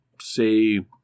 say